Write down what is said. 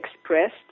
expressed